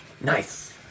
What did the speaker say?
Nice